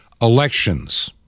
Elections